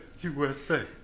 USA